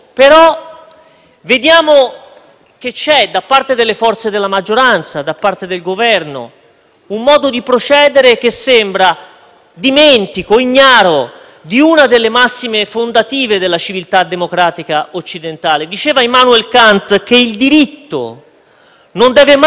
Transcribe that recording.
un modo di procedere che sembra dimentico, ignaro, di una delle massime fondative della civiltà democratica occidentale. Diceva Immanuel Kant che il diritto non deve mai adeguarsi alla politica e che è la politica che, in ogni tempo, deve adeguarsi al diritto.